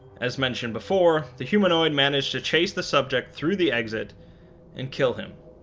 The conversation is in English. as mentioned before, the humanoid managed to chase the subject through the exit and kill him